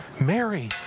Mary